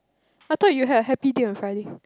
I thought you had a happy day on Friday